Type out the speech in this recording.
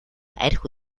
архи